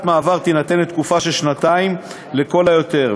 מעבר תינתן לתקופה של שנתיים לכל היותר,